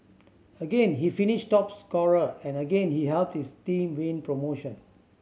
again he finished top scorer and again he helped his team win promotion